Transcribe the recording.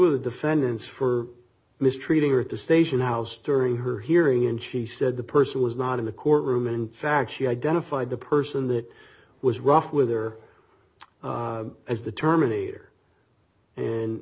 of the defendants for mistreating her at the station house during her hearing and she said the person was not in the courtroom in fact she identified the person that was rough with her as the terminator and